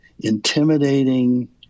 intimidating